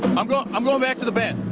i'm going i'm going back to the band.